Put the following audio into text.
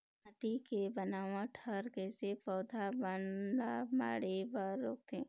माटी के बनावट हर कइसे पौधा बन ला बाढ़े बर रोकथे?